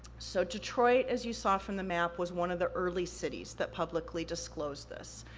so, detroit, as you saw from the map, was one of the early cities that publicly disclosed this.